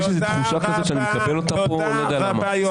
יש לי תחושה כזאת שאני מקבל אותה ואני לא יודע למה.